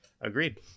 Agreed